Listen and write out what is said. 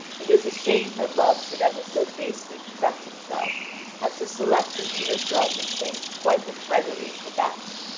it is a shame that love should ever so basely conduct himself as to select the meanest lodging-place quite as readily as the best.